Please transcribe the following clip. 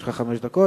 יש לך חמש דקות,